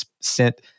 sent